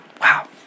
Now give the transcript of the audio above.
wow